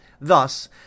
Thus